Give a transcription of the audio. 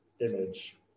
image